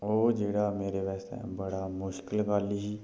ओह् जेह्ड़ा मेरे बास्तै बड़ा मुश्कल गल्ल ही